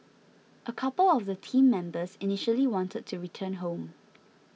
a couple of the team members initially wanted to return home